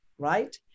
Right